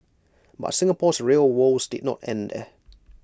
but Singapore's rail woes did not end there